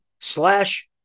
slash